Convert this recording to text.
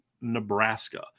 Nebraska